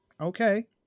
Okay